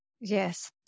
yes